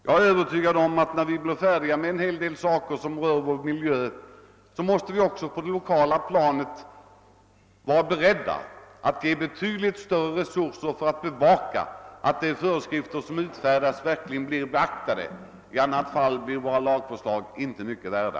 Jag är övertygad om att när vi blir färdiga med en hel del saker som rör vår miljö måste vi också på det lokala planet vara beredda att ställa betydligt större resurser till förfogande för att bevaka att de föreskrifter som utfärdas verkligen beaktas. I annat fall blir lagbestämmelserna inte mycket värda.